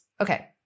Okay